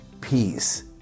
peace